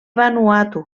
vanuatu